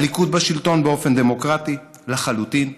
הליכוד בשלטון באופן דמוקרטי לחלוטין,